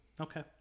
Okay